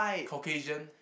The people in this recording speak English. Caucasian